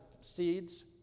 seeds